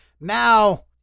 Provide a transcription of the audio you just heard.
now